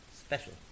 special